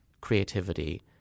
creativity